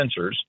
sensors